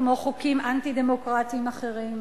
כמו חוקים אנטי-דמוקרטיים אחרים,